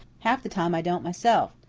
half the time i don't myself.